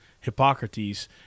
Hippocrates